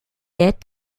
est